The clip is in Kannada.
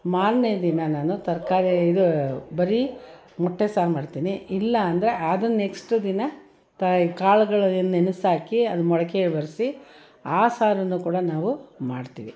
ಮಾರನೇ ದಿನ ನಾನು ತರಕಾರಿ ಇದು ಬರೀ ಮೊಟ್ಟೆ ಸಾರು ಮಾಡ್ತೀನಿ ಇಲ್ಲ ಅಂದರೆ ಅದ್ರ ನೆಕ್ಸ್ಟ್ ದಿನ ತಾ ಈ ಕಾಳುಗಳನ್ನು ನೆನೆಸಾಕಿ ಅದು ಮೊಳಕೆ ಬರಿಸಿ ಆ ಸಾರನ್ನು ಕೂಡ ನಾವು ಮಾಡ್ತೀವಿ